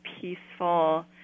peaceful